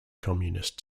communist